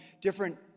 different